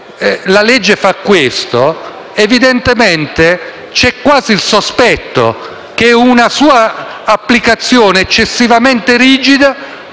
la legge fa questo, evidentemente, c'è quasi il sospetto che una sua applicazione eccessivamente rigida